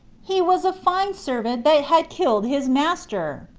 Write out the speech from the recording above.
he was a fine servant that had killed his master!